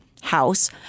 house